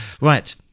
Right